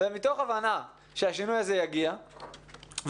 מתוך הבנה שהשינוי הזה יגיע ובנוסף